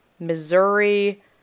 Missouri